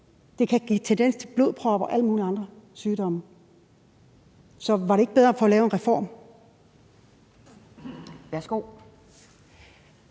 Det kan give tendens til blodpropper og alle mulige andre sygdomme. Så var det ikke bedre at få lavet en reform? Kl.